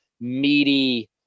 meaty